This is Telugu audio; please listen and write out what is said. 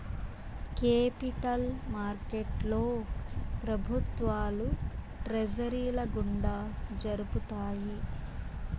కేపిటల్ మార్కెట్లో ప్రభుత్వాలు ట్రెజరీల గుండా జరుపుతాయి